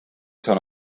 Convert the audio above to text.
ten